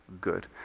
good